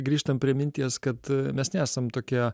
grįžtam prie minties kad mes nesam tokie